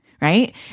right